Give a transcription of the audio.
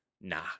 Nah